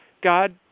God